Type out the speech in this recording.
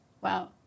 Wow